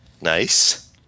Nice